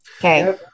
Okay